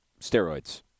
Steroids